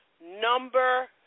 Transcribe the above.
Number